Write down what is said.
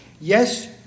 Yes